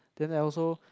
then I also